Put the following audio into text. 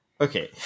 Okay